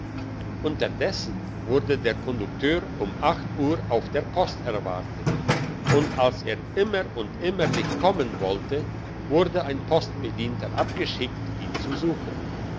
unterdessen wurde der kondukteur um acht uhr auf der post erwartet und als er immer und immer nicht kommen wollte wurde ein postbedienter abgeschickt ihn zu suchen